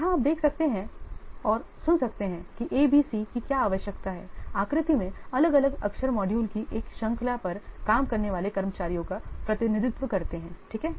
यहां आप देख सकते हैं और सुन सकते हैं कि A B C की क्या आवश्यकता है आकृति में अलग अलग अक्षर मॉड्यूल की एक श्रृंखला पर काम करने वाले कर्मचारियों का प्रतिनिधित्व करते हैं ठीक हैं